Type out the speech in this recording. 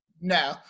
No